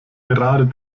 gerade